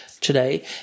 today